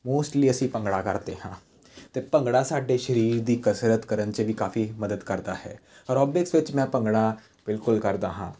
mostly ਅਸੀਂ ਭੰਗੜਾ ਕਰਦੇ ਹਾਂ ਅਤੇ ਭੰਗੜਾ ਸਾਡੇ ਸਰੀਰ ਦੀ ਕਸਰਤ ਕਰਨ 'ਚ ਵੀ ਕਾਫੀ ਮਦਦ ਕਰਦਾ ਹੈ ਐਰੋਬਿਕਸ ਵਿੱਚ ਮੈਂ ਭੰਗੜਾ ਬਿਲਕੁਲ ਕਰਦਾ ਹਾਂ